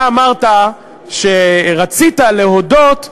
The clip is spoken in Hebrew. אתה אמרת שרצית להודות,